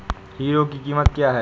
Hero की कीमत क्या है?